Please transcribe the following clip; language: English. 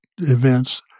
events